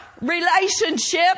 relationship